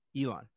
Elon